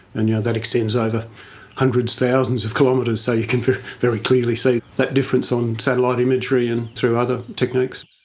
and yeah that extends over hundreds, thousands of kilometres, so you can very clearly see that difference on satellite imagery and through other techniques.